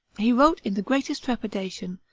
he wrote in the greatest trepidation,